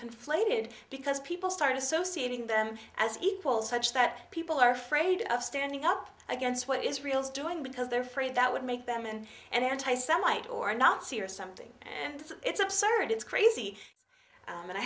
conflated because people start associating them as equals such that people are afraid of standing up against what israel's doing because they're afraid that would make them in an anti semite or a nazi or something and it's absurd it's crazy and i